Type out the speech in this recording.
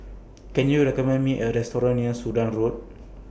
Can YOU recommend Me A Restaurant near Sudan Road